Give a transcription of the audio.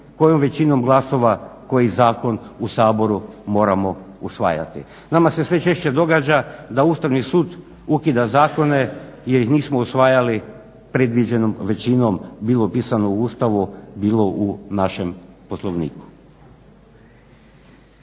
kojom većinom glasova koji zakon u Saboru moramo usvajati. Nama se sve češće događa da Ustavni sud ukida zakone jer ih nismo usvajali predviđenom većinom, bilo pisano u Ustavu, bilo u našem Poslovniku.